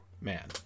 man